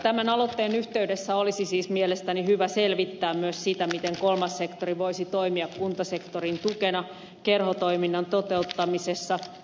tämän aloitteen yhteydessä olisi siis mielestäni hyvä selvittää myös sitä miten kolmas sektori voisi toimia kuntasektorin tukena kerhotoiminnan toteuttamisessa